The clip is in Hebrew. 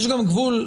יש גבול.